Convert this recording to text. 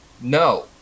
No